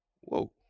Whoa